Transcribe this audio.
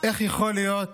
איך יכול להיות